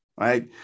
right